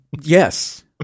Yes